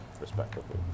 respectively